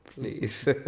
please